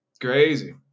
Crazy